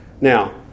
Now